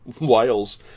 whales